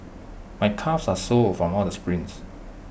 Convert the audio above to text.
my calves are sore from all the sprints